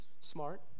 smart